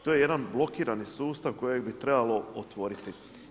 To je jedan blokirani sustav kojeg bi trebalo otvoriti.